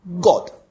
God